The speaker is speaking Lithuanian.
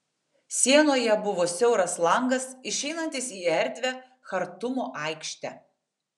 sienoje buvo siauras langas išeinantis į erdvią chartumo aikštę